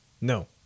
No